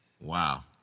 Wow